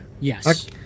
Yes